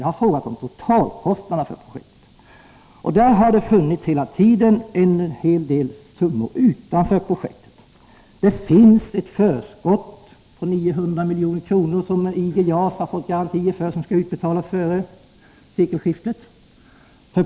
Det har hela tiden funnits en hel del summor utanför totalkostnaden för projektet, t.ex. ett förskott på 900 milj.kr. som IG JAS har fått garantier för och som skall betalas ut före sekelskiftet.